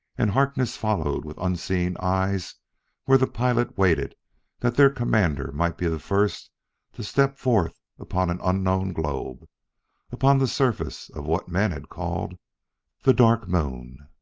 and harkness followed with unseeing eyes where the pilot waited that their commander might be the first to step forth upon an unknown globe upon the surface of what men had called the dark moon.